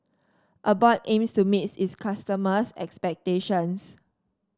Abbott aims to meet its customers' expectations